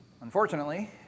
Unfortunately